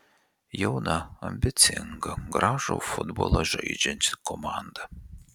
jauna ambicinga gražų futbolą žaidžianti komanda